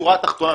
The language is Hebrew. השורה התחתונה,